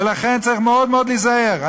ולכן, צריך מאוד מאוד להיזהר.